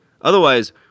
Otherwise